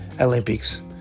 Olympics